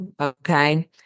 Okay